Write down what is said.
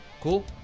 cool